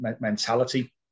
mentality